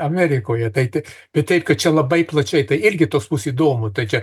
amerikoje tai bet taip kad čia labai plačiai tai irgi toks bus įdomu tai čia